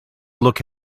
look